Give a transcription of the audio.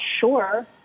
sure